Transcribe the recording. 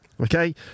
Okay